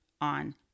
on